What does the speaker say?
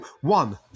one